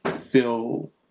feel